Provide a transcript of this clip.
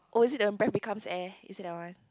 oh is it the breath becomes air is it that one